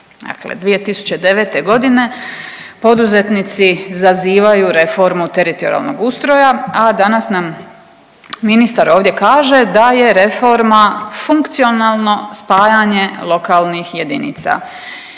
dakle 2009.g. poduzetnici zazivaju reformu teritorijalnog ustroja, a danas nam ministar ovdje kaže da je reforma funkcionalno spajanje lokalnih jedinica